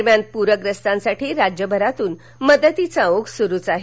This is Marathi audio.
दरम्यान पुर्यस्तांसाठी राज्यभरातून मदतीचा ओघ सुरूच आहे